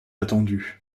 attendu